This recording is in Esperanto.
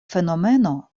fenomeno